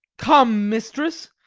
come, mistress,